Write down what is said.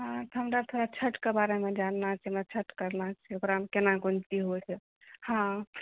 हमरा तऽ छठिके बारेमे जानना छै हमरा छठि करना छै ओकरामे केना कोन चीज होइत छै हँ